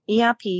erp